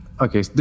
okay